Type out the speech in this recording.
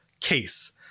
case